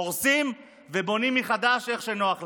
הורסים ובונים מחדש איך שנוח לכם.